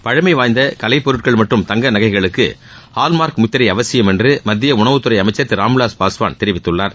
பழமைவாய்ந்த கலை பொருட்கள் மற்றும் தங்க நகைகளுக்கு ஹால் மார்க் முத்திரை அவசியம் என்று மத்திய உனவுத்துறை அமைச்சர் திரு ராம்விலாஸ் பாஸ்வான் தெரிவித்துள்ளார்